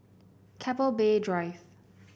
Keppel Bay Drive